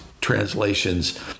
translations